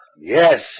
Yes